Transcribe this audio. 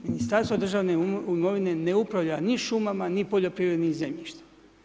Ministarstvo državne imovine ne upravlja ni šumama, ni poljoprivrednim zemljištem.